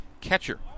catcher